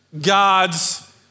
God's